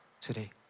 today